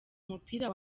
umupira